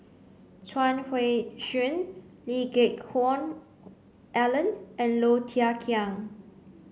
Chuang Hui Tsuan Lee Geck Hoon Ellen and Low Thia Khiang